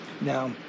Now